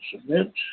submit